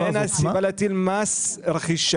אין סיבה להטיל מס רכישה.